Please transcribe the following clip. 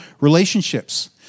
relationships